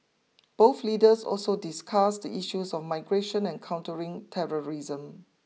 both leaders also discussed the issues of migration and countering terrorism